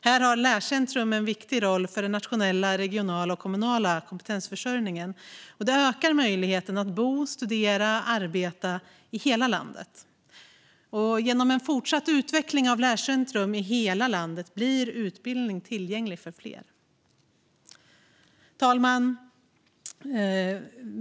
Här har lärcentrum en viktig roll för den nationella, regionala och kommunala kompetensförsörjningen. De ökar möjligheterna att bo, studera och arbeta i hela landet. Genom fortsatt utveckling av lärcentrum i hela landet blir utbildning tillgänglig för fler. Fru talman!